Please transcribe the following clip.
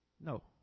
No